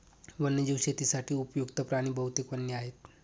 वन्यजीव शेतीसाठी उपयुक्त्त प्राणी बहुतेक वन्य आहेत